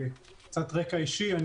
קצת רקע אישי עליי.